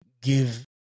give